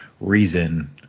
reason